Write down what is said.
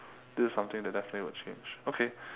this is something that definitely will change okay